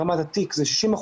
ברמת התיק זה 60%,